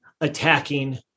attacking